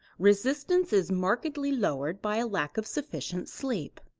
resistance is markedly lowered by a lack of sufficient sleep.